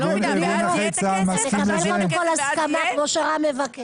ארגון נכי צה"ל מסכים לזה?